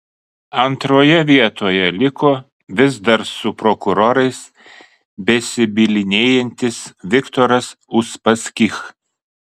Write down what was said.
antroje vietoje liko vis dar su prokurorais besibylinėjantis viktoras uspaskich